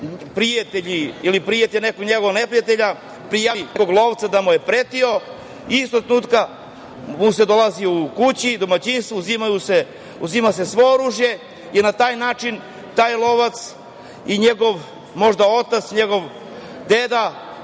prijatelji ili prijatelj nekog njegovog neprijatelja prijavi nekog lovca da mu je pretio, istog trenutka mu se dolazi u kuću, u domaćinstvo, uzima se svo oružje i na taj način taj lovac i njegov možda otac, njegov deda,